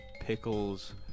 Pickles